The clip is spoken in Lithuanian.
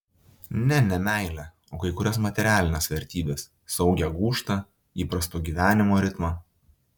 ne ne meilę o kai kurias materialines vertybes saugią gūžtą įprasto gyvenimo ritmą